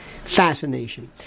fascination